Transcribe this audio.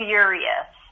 furious